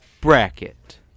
Bracket